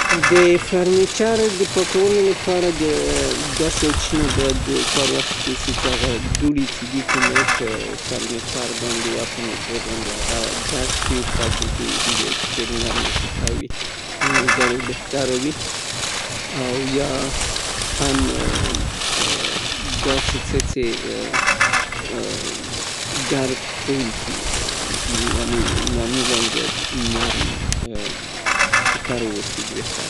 د فرنیچر پاکولو د پاره، د دوړو د پاره د مایکروفایبر ټوکر څخه استفاده وسي. لوړې نقطې نه باید شروع وسي او همداسې ښکته په دوراني شکل کونجونه او مابین باید پاک سي. وروسته د هغه نه که چیرې ارایشي توکي پکې وي یا برقي توکي پکې وي هغه پاک سي او که څه شی پر ځمکه باندې پریوزي، یا دوړې او یا هم نور څه شي باید د فرش نه د برقي جارو په واسطه پاک سي.